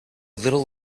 little